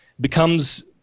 becomes